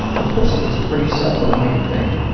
the pussy is a pretty self-reliant thing.